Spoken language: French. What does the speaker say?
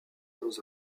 dans